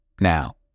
now